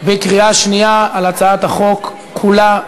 בקריאה שנייה על הצעת החוק כולה,